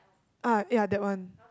ah ya that one